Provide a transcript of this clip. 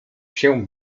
się